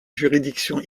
juridiction